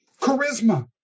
charisma